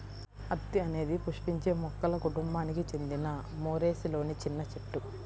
అత్తి అనేది పుష్పించే మొక్కల కుటుంబానికి చెందిన మోరేసిలోని చిన్న చెట్టు